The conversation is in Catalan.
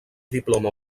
diploma